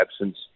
absence